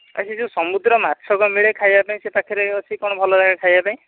ଆଉ ସେ ଯେଉଁ ସମୁଦ୍ର ମାଛ କ'ଣ ମିଳେ ଖାଇବା ପାଇଁ ସେ ପାଖରେ ଅଛି କ'ଣ ଭଲ ଜାଗା ଖାଇବା ପାଇଁ